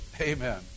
Amen